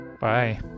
Bye